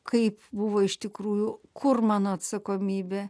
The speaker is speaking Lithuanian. kaip buvo iš tikrųjų kur mano atsakomybė